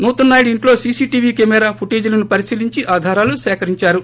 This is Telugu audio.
నూతన్ నాయుడు ఇంట్లో సీసీటీవీ కెమెరా ఫుటేజిలను పరిశీలించి ఆధారాలు సేకరించారు